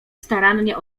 starannie